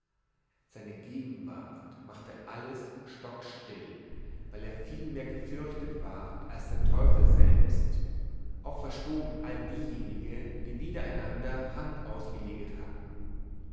seine gegenwart machte alles stockstill weil er viel mehr geförchtet ward als der teufel selbst auch verstoben alle diejenige die wider einander hand ausgeleget hatten